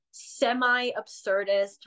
Semi-absurdist